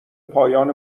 پایان